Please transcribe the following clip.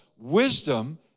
wisdom